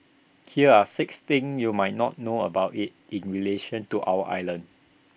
here are six things you might not know about IT in relation to our island